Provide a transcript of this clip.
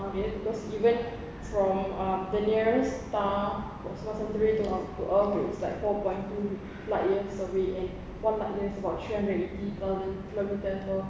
because even from um the nearest to~ got small century to earth is like four point two light years away and one light year is about three hundred and eighty thousand